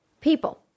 people